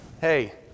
hey